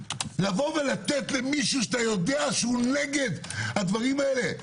לתת למישהו שאתה יודע שהוא נגד הדברים האלה,